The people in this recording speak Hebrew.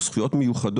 או לגבי זכויות מיוחדות,